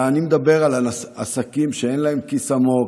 אני מדבר על עסקים שאין להם כיס עמוק,